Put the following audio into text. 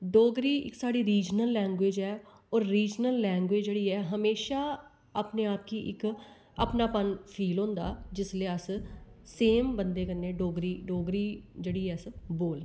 डोगरी इक्क साढ़ी regional language ऐ होर रीज़नल लैंग्वेज़ जेह्ड़ी ऐ ओह् हमेशा अपने आप गी इक्क अपनापन फील होंदा जिसलै अस कि सेम बंदे कन्नै डोगरी जेह्ड़ी ऐ अस बोलने